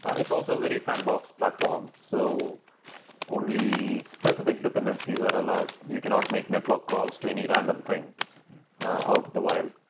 it's also very sandboxed platform. so only specific dependencies are allowed. you cannot make network calls to any random thing out of the wild.